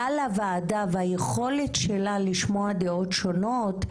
על הוועדה ועל היכולת שלה לשמוע דעות שונות,